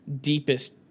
deepest